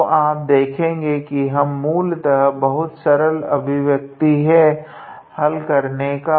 तो आप देखेगे की हम मूलतः बहुत सरल अभिव्यक्ति है हल करने का